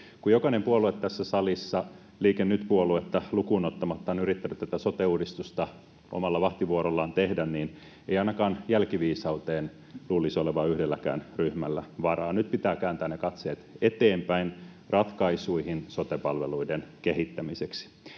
Kun jokainen puolue tässä salissa, Liike Nyt ‑puoluetta lukuun ottamatta, on yrittänyt tätä sote-uudistusta omalla vahtivuorollaan tehdä, niin ei ainakaan jälkiviisauteen luulisi olevan yhdelläkään ryhmällä varaa. Nyt pitää kääntää ne katseet eteenpäin ratkaisuihin sote-palveluiden kehittämiseksi,